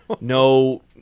no